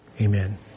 Amen